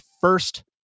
first